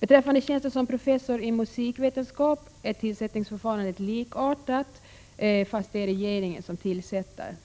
Beträffande tjänsten som professor i musikvetenskap är tillsättningsförfarandet likartat, fast det är regeringen som tillsätter tjänsten.